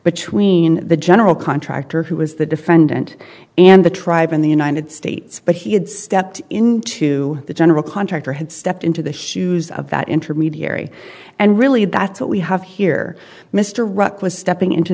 but the general contractor who was the defendant and the tribe in the united states but he had stepped into the general contractor had stepped into the shoes of that intermediary and really that's what we have here mr ruck was stepping into